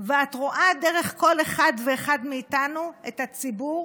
ואת רואה דרך כל אחד ואחד מאיתנו את הציבור